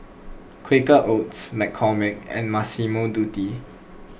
Quaker Oats McCormick and Massimo Dutti